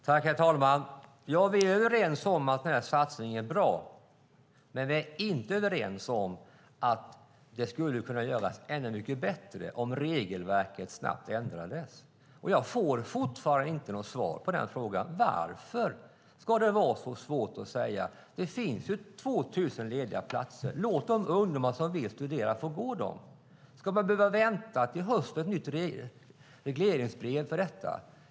Herr talman! Ja, vi är överens om att den satsningen är bra, men vi är inte överens om att den inte skulle kunna göras ännu bättre om regelverket snabbt ändrades. Jag får inget svar på frågan varför det ska vara så svårt att säga ja. Det finns 2 000 lediga platser, så låt de ungdomar som vill studera få de platserna. Ska de behöva vänta till hösten när det nya regleringsbrevet kommer?